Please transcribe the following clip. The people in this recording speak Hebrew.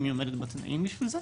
אם היא עומדת בתנאים בשביל זה.